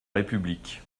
république